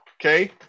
Okay